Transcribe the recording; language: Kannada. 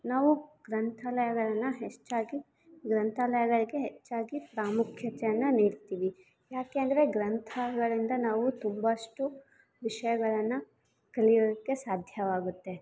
ನಾವು ಗ್ರಂಥಾಲಯಗಳನ್ನು ಹೆಚ್ಚಾಗಿ ಗ್ರಂಥಾಲಯಗಳಿಗೆ ಹೆಚ್ಚಾಗಿ ಪ್ರಾಮುಖ್ಯತೆಯನ್ನು ನೀಡ್ತೀವಿ ಯಾಕೆ ಅಂದರೆ ಗ್ರಂಥಗಳಿಂದ ನಾವು ತುಂಬಷ್ಟು ವಿಷಯಗಳನ್ನ ಕಲಿಯೋಕ್ಕೆ ಸಾಧ್ಯವಾಗುತ್ತೆ